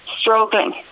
struggling